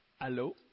Hello